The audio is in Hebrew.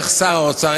איך שר האוצר,